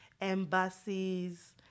embassies